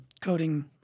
coding